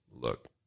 Look